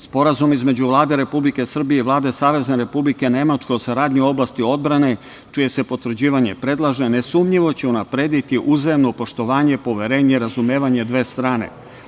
Sporazum između Vlade Republike Srbije i Vlade Savezne Republike Nemačke u saradnji u oblasti odbrane, čije se potvrđivanje predlaže, nesumnjivo će unaprediti uzajamno poštovanje, poverenje, razumevanje dve strane.